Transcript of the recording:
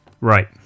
Right